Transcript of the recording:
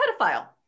pedophile